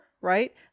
right